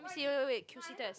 see you you wait Q_C test